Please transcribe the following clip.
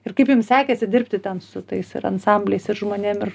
ir kaip jums sekėsi dirbti ten su tais ir ansambliais ir žmonėm ir